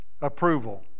approval